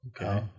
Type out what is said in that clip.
Okay